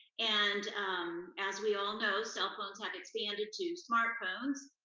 and as we all know, cell phones have expanded to smart phones,